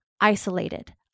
isolated